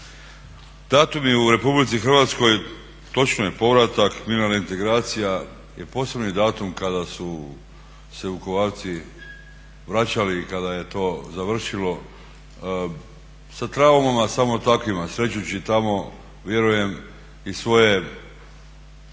datumi u RH točno je povratak mirna reintegracija je posebni datum kada su se Vukovarci vraćali i kada je to završilo sa traumama samo takvima. Srećući tamo vjerujem i svoje